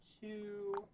two